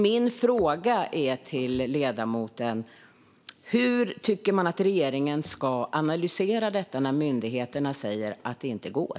Min fråga till ledamoten är: Hur tycker man att regeringen ska analysera detta, när myndigheterna säger att det inte går?